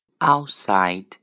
outside